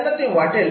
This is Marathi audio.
त्यांना ते वाटेल